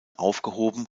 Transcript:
aufgehoben